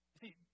See